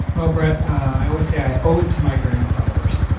well, brett i always say, i owe it to my grandfathers.